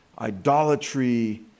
idolatry